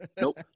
Nope